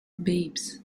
babes